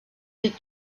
des